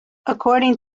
according